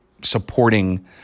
supporting